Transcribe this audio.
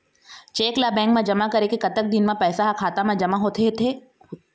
Cheque ला bank मा जमा करे के कतक दिन मा पैसा हा खाता मा जमा होथे थे?